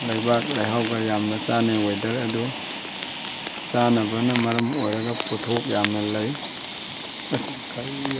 ꯂꯩꯕꯥꯛ ꯂꯩꯍꯥꯎꯒ ꯌꯥꯝꯅ ꯆꯥꯅꯩ ꯋꯦꯗ꯭ꯔ ꯑꯗꯨ ꯆꯥꯅꯕꯅ ꯃꯔꯝ ꯑꯣꯏꯔꯒ ꯄꯣꯠꯊꯣꯛ ꯌꯥꯝꯅ ꯂꯩ ꯑꯁ ꯀꯔꯤ